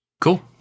Cool